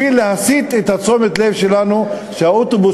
אלא בשביל להסיט את תשומת הלב שלנו מכך שהאוטובוס